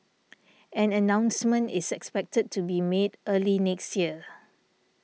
an announcement is expected to be made early next year